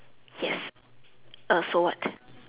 yes uh so what